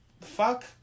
fuck